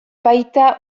baita